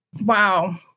Wow